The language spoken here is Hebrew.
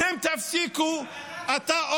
אתם תפסיקו, אתה,